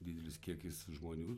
didelis kiekis žmonių